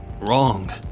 wrong